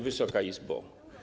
Wysoka Izbo!